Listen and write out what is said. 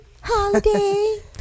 Holiday